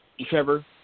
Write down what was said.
Trevor